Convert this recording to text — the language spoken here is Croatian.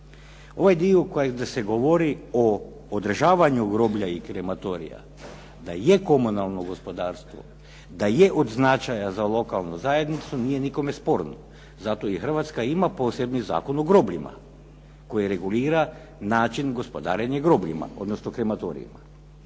Ovaj dio gdje se govori o održavanju groblja i krematorija da je komunalno gospodarstvo, da je od značaja za lokalnu zajednicu nije nikome sporno. Zato i Hrvatska ima posebni Zakon o grobljima koji regulira način gospodarenja grobljima, odnosno krematorijima.